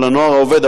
או לנוער העובד,